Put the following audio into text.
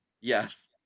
yes